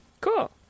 cool